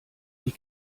die